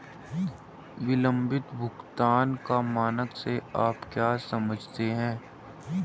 विलंबित भुगतान का मानक से आप क्या समझते हैं?